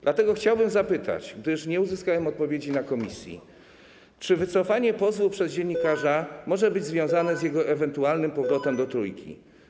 Dlatego chciałbym zapytać, gdyż nie uzyskałem odpowiedzi na posiedzeniu komisji: Czy wycofanie pozwu przez dziennikarza może być związane z jego ewentualnym powrotem do Trójki?